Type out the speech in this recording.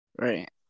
Right